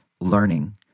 learning